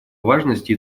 важности